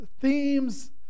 themes